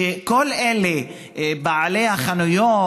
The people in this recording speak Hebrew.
שכל בעלי החנויות,